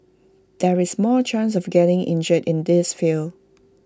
there is more chance of getting injured in this field